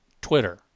Twitter